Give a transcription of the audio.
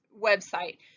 website